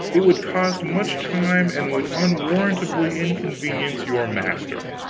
it would cost much time, and would unwarrantably inconvenience your master